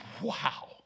wow